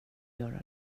göra